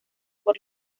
por